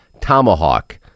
Tomahawk